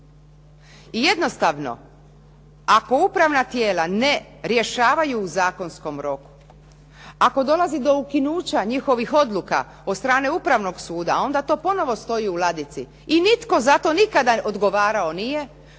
I jednostavno ako upravna tijela ne rješavaju u zakonskom roku, ako dolazi do ukinuća njihovih odluka od strane upravnog suda, onda to ponovo stoji u ladici i nitko za to odgovarao nije,